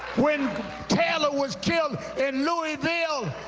when taylor was killed in louisville.